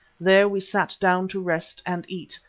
there we sat down to rest and eat,